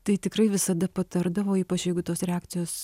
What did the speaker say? tai tikrai visada patardavo ypač jeigu tos reakcijos